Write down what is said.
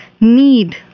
need